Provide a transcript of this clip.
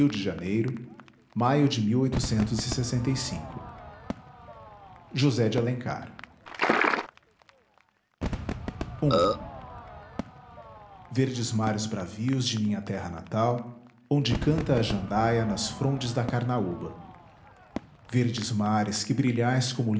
de janeiro maio de osé de lencar verdes mares bravios de minha terra natal onde canta a jandaia nas frondes da carnaúba verdes mares que brilhais como